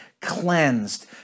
cleansed